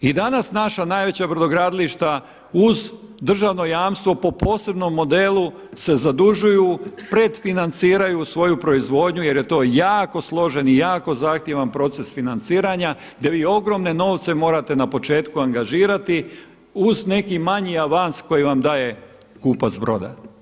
I danas naša najveća brodogradilišta uz državno jamstvo po posebnom modelu se zadužuju, pred financiraju svoju proizvodnju jer je to jako složen i jako zahtjevan proces financiranja gdje vi ogromne novce morate na početku angažirati uz neki manji avans koji vam daje kupac broda.